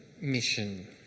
mission